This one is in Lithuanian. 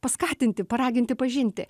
paskatinti paraginti pažinti